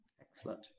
Excellent